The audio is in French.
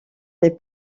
les